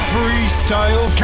Freestyle